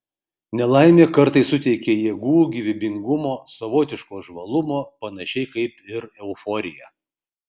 nelaimė kartais suteikia jėgų gyvybingumo savotiško žvalumo panašiai kaip ir euforija